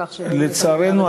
לצערנו,